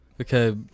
Okay